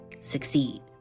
succeed